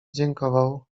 dziękował